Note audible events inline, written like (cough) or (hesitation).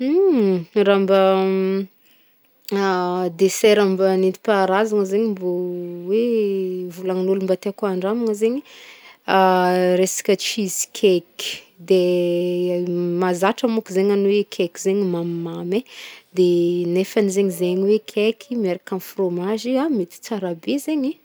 (noise) Raha mba (hesitation) dessert mba nentim-parahazagna zegny mbô volagnin'ôlo mbô tiako handramagna zegny cheese cake de (hesitation) mahazatra zegny gny hoe cake zegny mamimamy e, nefany zegny zegny hoe cake miaraka amy fromazy ah mety tsara be zegny.